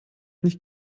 nicht